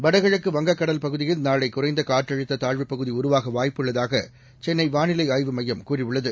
வடகிழக்கு வங்கக் கடல் பகுதியில் நாளை குறைந்த காற்றழுத்த தாழ்வுப் பகுதி உருவாக வாய்ப்பு உள்ளதாக சென்னை வானிலை ஆய்வு மையம் கூறியுள்ளது